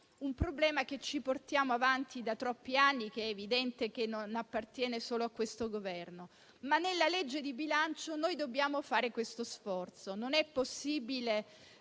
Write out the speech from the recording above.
un problema che ci portiamo avanti da troppi anni, che evidentemente non appartiene solo a questo Governo. Nella legge di bilancio dobbiamo fare questo sforzo: non è possibile